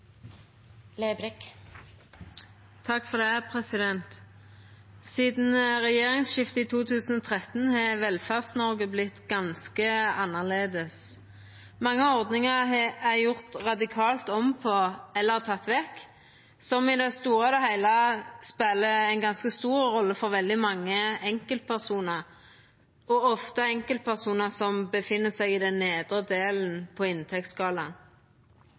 Sidan regjeringsskiftet i 2013 har Velferds-Noreg vorte ganske annleis. Mange ordningar er gjorde radikalt om på eller tekne vekk, noko som i det store og heile spelar ei stor rolle for veldig mange enkeltpersonar, ofte enkeltpersonar som er i den nedre delen på